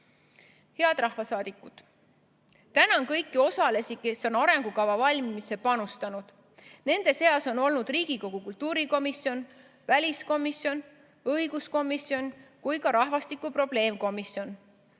rahvasaadikud! Tänan kõiki osalisi, kes on arengukava valmimisse panustanud. Nende seas on olnud Riigikogu kultuurikomisjon, väliskomisjon ja õiguskomisjon ning oli ka rahvastiku probleemkomisjon.